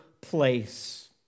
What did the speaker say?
place